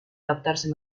adaptarse